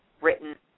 written